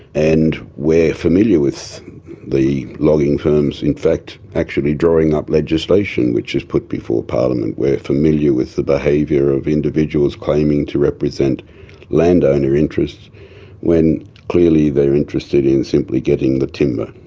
and we're familiar with the logging firms in fact actually drawing up legislation which is put before parliament, we're familiar with the behaviour of individuals claiming to represent landowner interests when clearly they're interested in simply getting the timber.